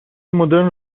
مدرن